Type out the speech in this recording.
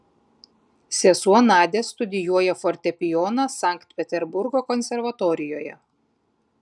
sesuo nadia studijuoja fortepijoną sankt peterburgo konservatorijoje